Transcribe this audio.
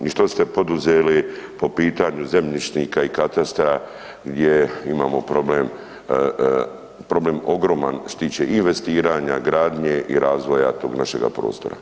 I što ste poduzeli po pitanju zemljišnika i katastara gdje imamo problem ogroman što se tiče i investiranja, gradnje i razvoja tog našega prostora?